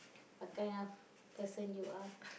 what kind of person you are